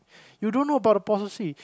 you don't know about the policy